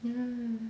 mm